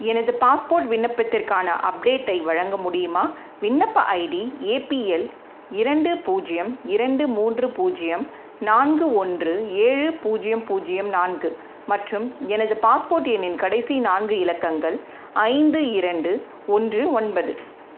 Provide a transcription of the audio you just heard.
எனது பாஸ்போர்ட் விண்ணப்பத்திற்கான அப்டேட்டை வழங்க முடியுமா விண்ணப்ப ஐடி ஏபிஎல் இரண்டு பூஜ்ஜியம் இரண்டு மூன்று பூஜ்ஜியம் நான்கு ஒன்று ஏழு பூஜ்ஜியம் பூஜ்ஜியம் நான்கு மற்றும் எனது பாஸ்போர்ட் எண்ணின் கடைசி நான்கு இலக்கங்கள் ஐந்து இரண்டு ஒன்று ஒன்பது